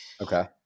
Okay